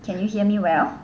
can you hear me well